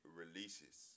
releases